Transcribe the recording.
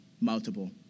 multiple